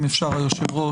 אם אפשר היושב-ראש.